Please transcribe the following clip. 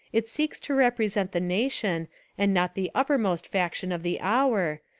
it seeks to represent the nation and not the uppermost faction of the hour,